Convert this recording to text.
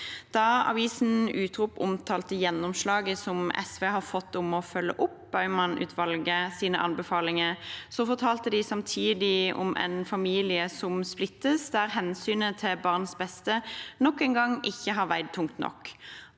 Da avisen Utrop omtalte gjennomslaget SV har fått om å følge opp Baumann-utvalgets anbefalinger, fortalte de samtidig om en familie som splittes, der hensynet til barns beste nok en gang ikke har veid tungt nok